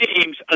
teams